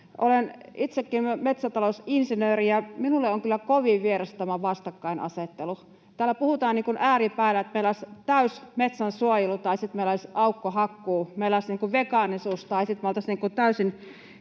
Olen itsekin metsätalousinsinööri, ja minulle on kyllä kovin vierasta tämä vastakkainasettelu. Täällä puhutaan niin kuin ääripäinä, että meillä olisi täysi metsänsuojelu tai sitten meillä olisi aukkohakkuu, meillä olisi vegaanisuus tai sitten me oltaisiin täysin